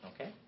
okay